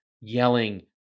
yelling